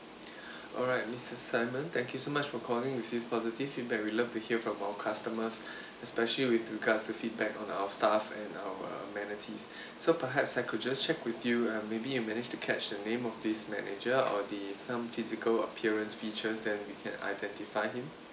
alright mister simon thank you so much for calling with this positive feedback we love to hear from our customers especially with regards to feedback on our staff and our amenities so perhaps I could just check with you uh maybe you managed to catch the name of this manager or the some physical appearance features then we can identify him